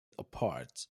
apart